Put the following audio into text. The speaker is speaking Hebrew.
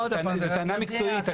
זאת טענה מקצועית.